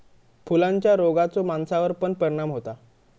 फुलांच्या रोगाचो माणसावर पण परिणाम होता